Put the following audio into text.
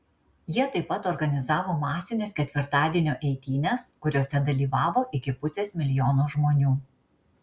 jie taip pat organizavo masines ketvirtadienio eitynes kuriose dalyvavo iki pusės milijono žmonių